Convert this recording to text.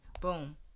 boom